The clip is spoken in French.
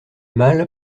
mâle